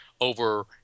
over